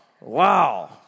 wow